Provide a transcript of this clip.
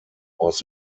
was